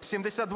70